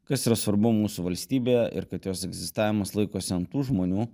kas yra svarbu mūsų valstybėje ir kad jos egzistavimas laikosi ant tų žmonių